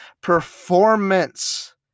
performance